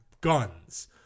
guns